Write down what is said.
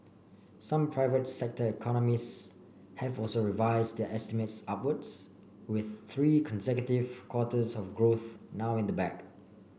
some private sector economists have also revised their estimates upwards with three consecutive quarters of growth now in the bag